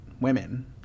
women